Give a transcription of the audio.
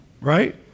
right